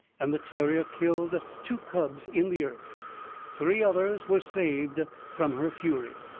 and the terrier killed two cubs in the earth three others were saved from her fury,